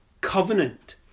covenant